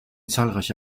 zahlreiche